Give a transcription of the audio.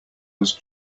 was